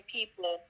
people